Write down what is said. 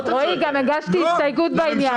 רועי, גם הגשתי הסתייגות בעניין.